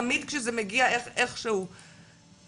תמיד כשזה מגיע איכשהו לחוקרים,